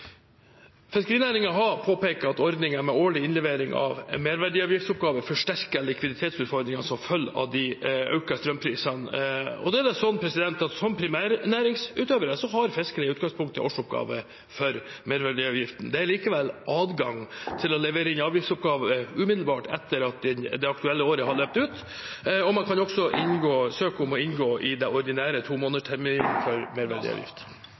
har påpekt at ordningen med årlig innlevering av en merverdiavgiftsoppgave forsterker likviditetsutfordringene som følger av de økte strømprisene, og da er det slik at som primærnæringsutøvere har fiskere i utgangspunktet årsoppgave for merverdiavgiften. Det er likevel adgang til å levere inn avgiftsoppgave umiddelbart etter at det aktuelle året har løpt ut, og man kan også søke om å inngå i den ordinære tomånedersterminen for merverdiavgift.